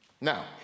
Now